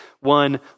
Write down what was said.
one